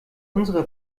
unsere